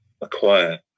acquire